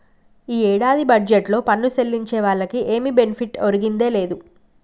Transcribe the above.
ఈ ఏడాది బడ్జెట్లో పన్ను సెల్లించే వాళ్లకి ఏమి బెనిఫిట్ ఒరిగిందే లేదు